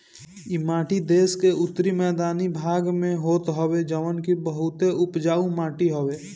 इ माटी देस के उत्तरी मैदानी भाग में होत हवे जवन की बहुते उपजाऊ माटी हवे